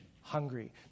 hungry